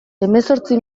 hemezortzi